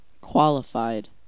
Qualified